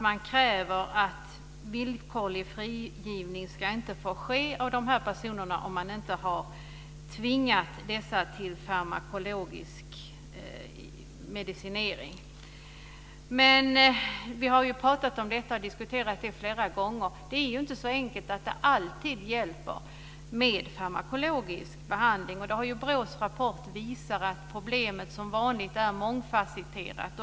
Man kräver att villkorlig frigivning av dessa personer inte ska få ske om de inte har tvingats till farmakologisk medicinering. Vi har pratat om detta och diskuterat det flera gånger. Det är inte så enkelt att det alltid hjälper med farmakologisk behandling. BRÅ:s rapport har visat att problemet som vanligt är mångfasetterat.